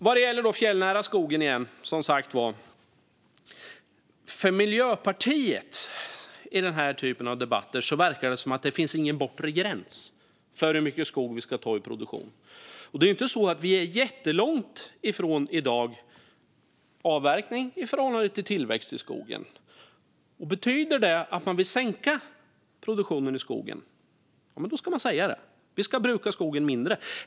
Vad gäller den fjällnära skogen verkar det för Miljöpartiet i den här typen av debatter inte finnas någon bortre gräns för hur mycket skog vi ska ta ur produktion. I dag är vi inte jättelångt från gränsen för vad vi kan avverka i förhållande till tillväxt. Vill man sänka produktionen i skogen ska man säga det: Vi ska bruka skogen mindre.